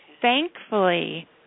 thankfully